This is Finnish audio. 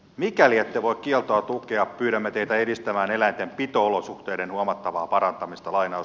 mikäli ette voi kieltoa tukea pyydämme teitä edistämään eläinten pito olosuhteiden huomattavaa parantamista